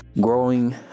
growing